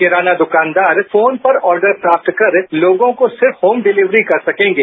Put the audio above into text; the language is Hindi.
किराना दकानदार फोन पर आर्डर प्राप्त कर लोगों को सिर्फ होम डिलीवरी कर सकेंगे